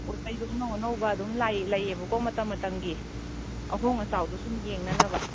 ꯑꯩꯖꯨ ꯑꯅꯧ ꯑꯅꯧꯕ ꯑꯗꯨꯝ ꯂꯥꯛꯏ ꯂꯩꯌꯦꯕꯀꯣ ꯃꯇꯝ ꯃꯇꯝꯒꯤ ꯑꯍꯣꯡ ꯑꯆꯥꯎꯗꯣ ꯁꯨꯝ ꯌꯦꯡꯅꯅꯕ